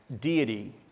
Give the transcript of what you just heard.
deity